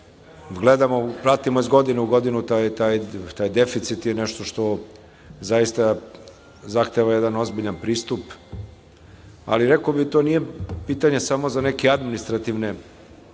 Gledamo i pratimo iz godine u godinu taj deficit i to je nešto što zaista zahteva jedan ozbiljan pristup. Rekao bih da to nije pitanje za neke administrativne,